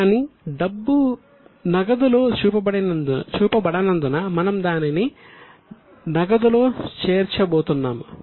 కానీ డబ్బు నగదులో చూపబడనందున మనం దానిని నగదులో చేర్చబోతున్నాము